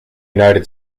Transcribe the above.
united